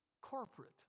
corporate